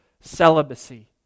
celibacy